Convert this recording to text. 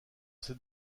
ces